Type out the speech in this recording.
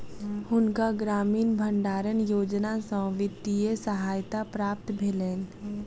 हुनका ग्रामीण भण्डारण योजना सॅ वित्तीय सहायता प्राप्त भेलैन